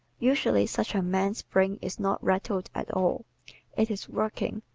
usually such a man's brain is not rattled at all it is working,